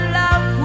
love